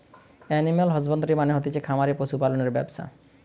animal husbandry মানে হতিছে খামারে পশু পালনের ব্যবসা